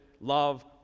love